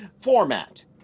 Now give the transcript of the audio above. format